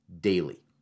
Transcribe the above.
daily